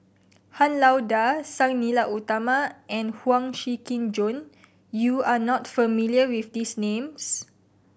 Han Lao Da Sang Nila Utama and Huang Shiqi Joan you are not familiar with these names